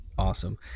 Awesome